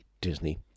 Disney